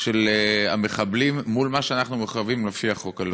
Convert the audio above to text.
של המחבלים לעומת מה שאנחנו מחויבים לפי החוק הבין-לאומי.